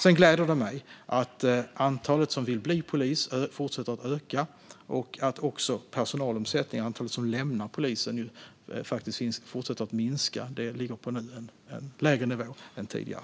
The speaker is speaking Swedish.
Sedan gläder det mig att antalet personer som vill bli poliser fortsätter att öka och att personalomsättningen, antalet som lämnar polisen, faktiskt fortsätter att minska - det ligger nu på en lägre nivå än tidigare.